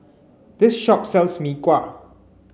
this shop sells Mee Kuah